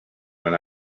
when